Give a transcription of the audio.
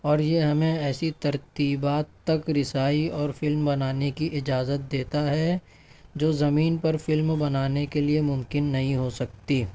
اور یہ ہمیں ایسی ترتیبات تک رسائی اور فلم بنانے کی اجازت دیتا ہے جو زمین پر فلم بنانے کے لیے ممکن نہیں ہو سکتی